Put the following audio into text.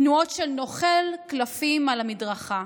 תנועות של נוכל קלפים על המדרכה.